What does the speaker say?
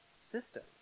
system